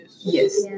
Yes